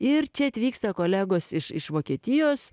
ir čia atvyksta kolegos iš iš vokietijos